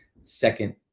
second